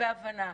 בהבנה.